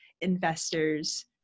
investors